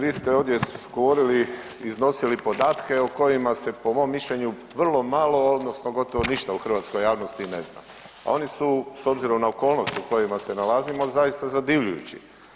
Vi ste ovdje govorili, iznosili podatke o kojima se po mom mišljenju vrlo malo odnosno gotovo ništa u hrvatskoj javnosti ne zna, a oni su s obzirom na okolnosti u kojima se nalazimo zaista zadivljujući.